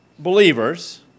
believers